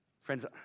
Friends